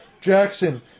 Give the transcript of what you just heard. Jackson